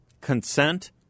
Consent